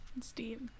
Steve